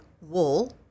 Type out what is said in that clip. wool